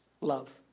Love